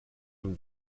from